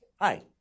Hi